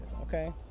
okay